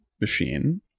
machine